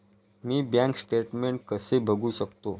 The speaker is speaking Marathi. मी बँक स्टेटमेन्ट कसे बघू शकतो?